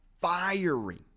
firing